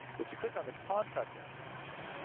if you click on the contractor information,